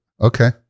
Okay